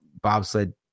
bobsled